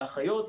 לאחיות,